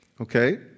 Okay